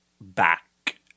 back